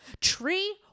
tree